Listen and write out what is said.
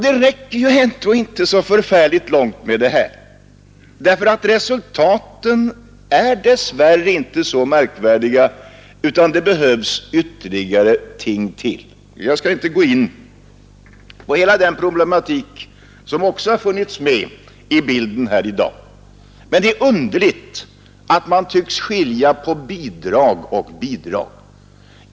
Det räcker ju inte så förfärligt långt med det här, därför att resultaten är dess värre inte så märkvärdiga, utan det behövs ytterligare ting. Jag skall inte gå in på hela den problematik som också har funnits med i bilden här i dag. Men det är underligt att man tycks skilja på bidrag och bidrag.